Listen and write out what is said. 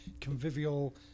convivial